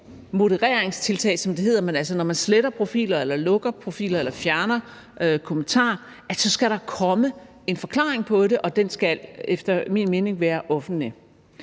modereringstiltag, som det hedder, altså når man sletter profiler eller lukker konti eller fjerne kommentarer, skal komme en forklaring på det, og den skal efter min mening være offentlig.